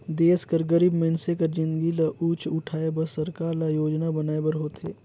देस कर गरीब मइनसे कर जिनगी ल ऊंच उठाए बर सरकार ल योजना बनाए बर होथे